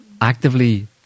actively